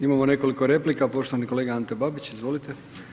Imamo nekoliko replika, poštovani kolega Ante Babić, izvolite.